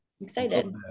excited